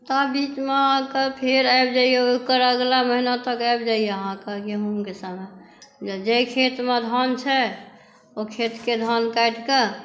आ बीचमे अहाँके फेर आबि जाइया ओकरा अगला महिना तक आबि जाइय अहाँकेॅं गहूॅंमके समय जे खेतम धान छै ओ खेतके धान काटिकऽ